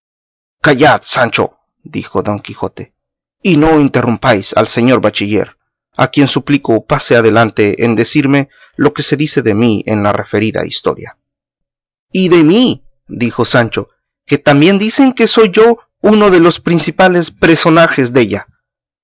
callad sancho dijo don quijote y no interrumpáis al señor bachiller a quien suplico pase adelante en decirme lo que se dice de mí en la referida historia y de mí dijo sancho que también dicen que soy yo uno de los principales presonajes della